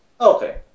Okay